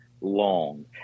long